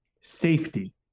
Safety